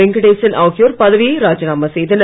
வெங்கடேசன் ஆகியோர் பதவியை ராஜினாமா செய்தனர்